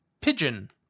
Pigeon